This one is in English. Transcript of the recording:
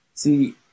See